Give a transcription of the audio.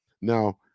Now